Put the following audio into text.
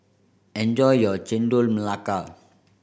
enjoy your Chendol Melaka